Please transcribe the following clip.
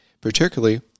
Particularly